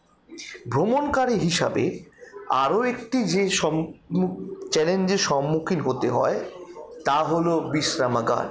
ভ্রমণকারী হিসাবে আরও একটি যে সম্মুখ চ্যালেঞ্জের সম্মুখীন হতে হয় তা হল বিশ্রামাগার